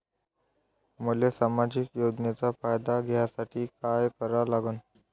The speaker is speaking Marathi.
मले सामाजिक योजनेचा फायदा घ्यासाठी काय करा लागन?